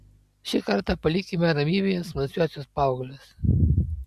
šį kartą palikime ramybėje smalsiuosius paauglius